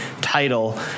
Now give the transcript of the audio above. title